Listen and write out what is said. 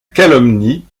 calomnie